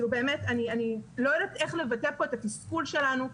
אני לא יודעת איך לבטא פה את התסכול שלנו,